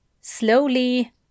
slowly